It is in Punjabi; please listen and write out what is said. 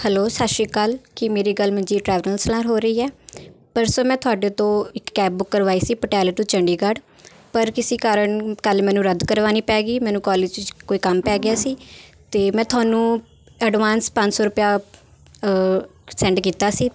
ਹੈਲੋ ਸਤਿ ਸ਼੍ਰੀ ਅਕਾਲ ਕੀ ਮੇਰੀ ਗੱਲ ਮਨਜੀਤ ਟਰੈਵਲਰਜ਼ ਨਾਲ ਹੋ ਰਹੀ ਹੈ ਪਰਸੋਂ ਮੈਂ ਤੁਹਾਡੇ ਤੋਂ ਇੱਕ ਕੈਬ ਬੁੱਕ ਕਰਵਾਈ ਸੀ ਪਟਿਆਲੇ ਟੂ ਚੰਡੀਗੜ੍ਹ ਪਰ ਕਿਸੀ ਕਾਰਨ ਕੱਲ੍ਹ ਮੈਨੂੰ ਰੱਦ ਕਰਵਾਉਣੀ ਪੈ ਗਈ ਮੈਨੂੰ ਕੋਲੇਜ 'ਚ ਕੋਈ ਕੰਮ ਪੈ ਗਿਆ ਸੀ ਅਤੇ ਮੈਂ ਤੁਹਾਨੂੰ ਐਡਵਾਂਸ ਪੰਜ ਸੌ ਰੁਪਇਆ ਸੈਂਡ ਕੀਤਾ ਸੀ